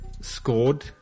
scored